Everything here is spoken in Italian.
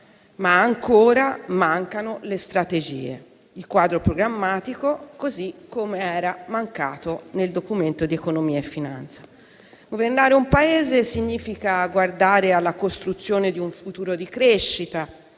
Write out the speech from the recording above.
ma ancora mancano le strategie e il quadro programmatico, così com'erano mancati nel Documento di economia e finanza. Governare un Paese significa guardare alla costruzione di un futuro di crescita,